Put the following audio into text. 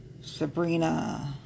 Sabrina